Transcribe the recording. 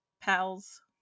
pals